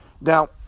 Now